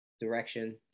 direction